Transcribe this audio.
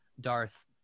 Darth